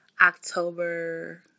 October